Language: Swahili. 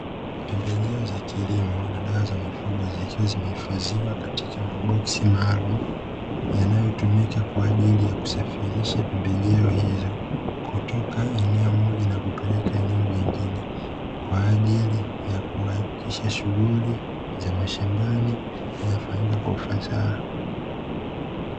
Pembejeo za kilimo na dawa za mifugo zikiwa zimehifadhiwa katika maboksi maalum yanayotumika kwa ajili ya kusafirisha pembejeo hizo kutoka eneo moja na kupeleka eneo jingine. kwa ajili ya kuhakikisha shughuli za mashambani zinafanyika kwa ufasaha.